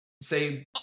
say